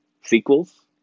sequels